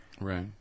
right